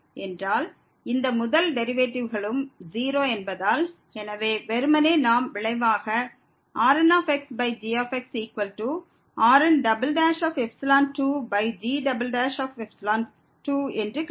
என்றால் இந்த முதல் டெரிவேட்டிவ்களும் 0 என்பதால் வெறுமனே நமக்கு விளைவாக RnxgxRn2g2 என்று கிடைக்கும்